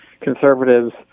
conservatives